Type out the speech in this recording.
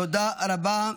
תודה רבה.